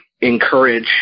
encourage